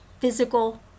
physical